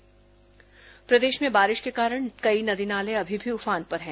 बारिश प्रदेश में बारिश के कारण कई नदी नाले अभी भी उफान पर है